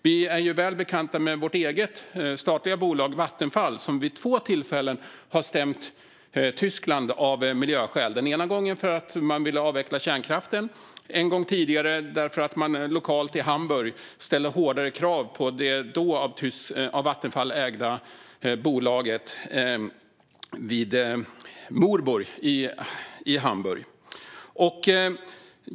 Vi är väl bekanta med vårt eget statliga bolag Vattenfall, som vid två tillfällen har stämt Tyskland av miljöskäl - en gång för att man ville avveckla kärnkraften, en gång tidigare för att man lokalt ställde hårdare krav på det då av Vattenfall ägda bolaget Moorburg i Hamburg.